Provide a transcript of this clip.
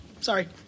Sorry